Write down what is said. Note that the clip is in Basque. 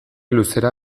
luzera